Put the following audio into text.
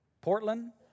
Portland